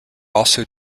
also